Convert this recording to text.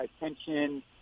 attention